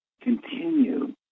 continue